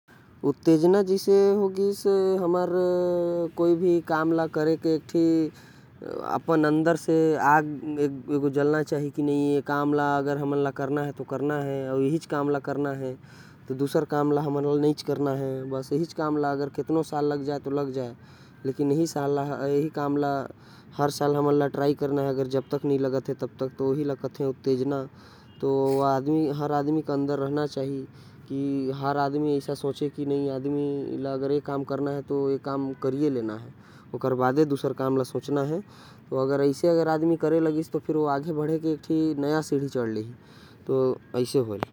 उत्तेजना जैसे हो गइस हमर कोई भी काम करे। की एक ठे अपन अंदर एक आग जलना चाहि। की हमन ला एही काम ला करना है मतलब करना है। सालों साल तक होही ला करना है। जब तक ओमे सफलता न मिल जाये ओहि ला करना है।